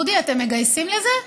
דודי, אתם מגייסים לזה?